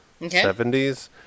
70s